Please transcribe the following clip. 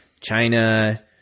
China